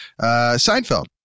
Seinfeld